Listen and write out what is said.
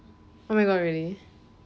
oh my god really